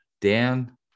Dan